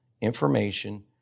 information